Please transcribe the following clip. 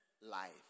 life